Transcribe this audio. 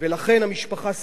ולכן המשפחה סירבה,